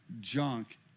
junk